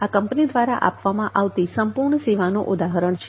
આ કંપની દ્વારા આપવામાં આવતી સંપૂર્ણ સેવાનો ઉદાહરણ છે